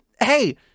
hey